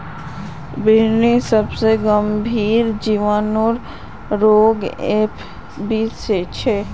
बिर्निर सबसे गंभीर जीवाणु रोग एफ.बी छे